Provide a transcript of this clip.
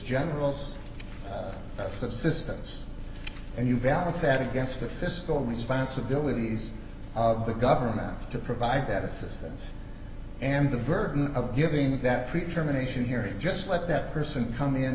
those subsistence and you balance that against the fiscal responsibility ease of the government to provide that assistance and the burden of giving that predetermination here just let that person come in